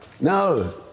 No